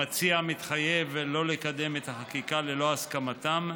המציע מתחייב שלא לקדם את החקיקה ללא הסכמתם.